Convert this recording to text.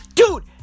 Dude